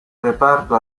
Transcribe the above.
reparto